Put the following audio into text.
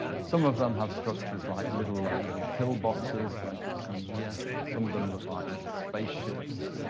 some of them have structures like little ah little pillboxes, like you see here. some of them look like little spaceships,